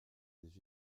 des